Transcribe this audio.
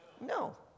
No